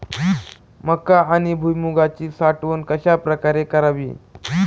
मका व भुईमूगाची साठवण कशाप्रकारे करावी?